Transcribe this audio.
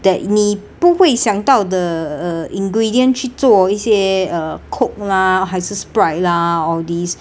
that 你不会想到 uh ingredient 去做一些 uh coke lah 还是 sprite lah all these